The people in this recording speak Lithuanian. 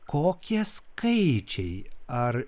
kokie skaičiai ar